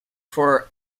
for